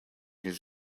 his